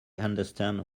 understand